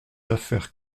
affaires